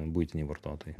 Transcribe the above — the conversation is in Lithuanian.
buitiniai vartotojai